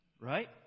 Right